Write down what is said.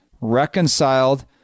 reconciled